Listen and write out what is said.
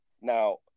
now